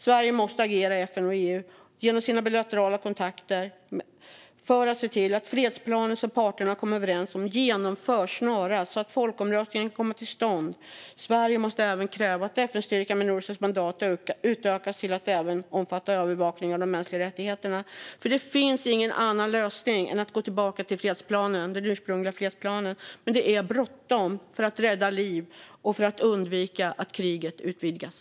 Sverige måste agera i FN och EU och genom sina bilaterala kontakter för att se till att fredsplanen som parterna har kommit överens om genomförs snarast så att folkomröstningen kommer till stånd. Sverige måste även kräva att FN-styrkan Minursos mandat utökas med att även omfatta övervakning av de mänskliga rättigheterna. Det finns ingen annan lösning än att gå tillbaka till den ursprungliga fredsplanen. Men det är bråttom, för att rädda liv och för att undvika att kriget utvidgas.